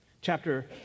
Chapter